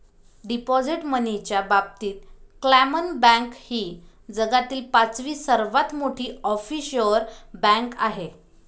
deposit मनीच्या बाबतीत क्लामन बँक ही जगातील पाचवी सर्वात मोठी ऑफशोअर बँक आहे